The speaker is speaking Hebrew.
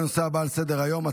ההצבעה: 29 בעד, מתנגד אחד.